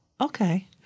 okay